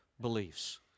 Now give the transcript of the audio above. beliefs